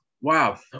wow